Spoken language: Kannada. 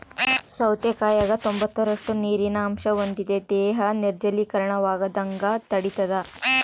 ಸೌತೆಕಾಯಾಗ ತೊಂಬತ್ತೈದರಷ್ಟು ನೀರಿನ ಅಂಶ ಹೊಂದಿದೆ ದೇಹ ನಿರ್ಜಲೀಕರಣವಾಗದಂಗ ತಡಿತಾದ